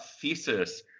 thesis